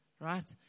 Right